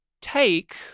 take